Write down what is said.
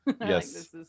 Yes